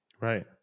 Right